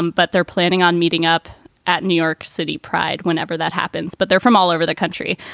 um but they're planning on meeting up at new york city pride whenever that happens. but they're from all over the country.